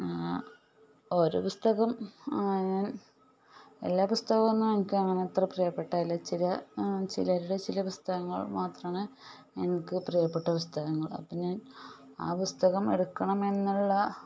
ഓരോ പുസ്തകം ഞാൻ എല്ലാ പുസ്തകം ഒന്നും എനിക്ക് അങ്ങനെ അത്ര പ്രിയപ്പെട്ടതല്ല ചില ചിലരുടെ ചില പുസ്തകങ്ങൾ മാത്രമാണ് എനിക്ക് പ്രിയപ്പെട്ട പുസ്തകങ്ങൾ അപ്പോൾ ഞാൻ ആ പുസ്തകം എടുക്കണമെന്നുള്ള